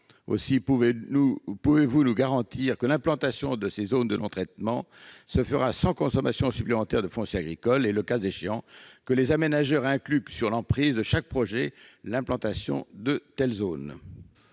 Aussi, pouvez-vous nous garantir que l'implantation de ces zones de non-traitement se fera sans consommation supplémentaire de foncier agricole et que, le cas échéant, les aménageurs incluront dans l'emprise de chaque projet l'implantation de telles zones ?